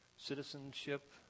Citizenship